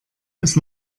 ist